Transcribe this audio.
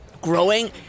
growing